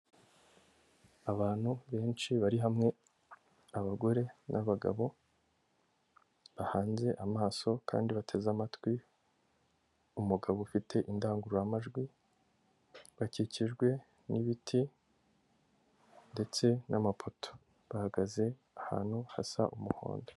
Abantu benshi bari hamwe abagore n'abagabo bahanze amaso kandi bateze amatwi umugabo ufite indangururamajwi, bakikijwe n'ibiti ndetse n'amapoto, bahagaze ahantu hasa umuhondo.